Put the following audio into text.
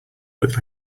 look